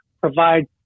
provide